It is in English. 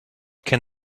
can